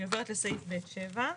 אני עוברת לסעיף ב' (7).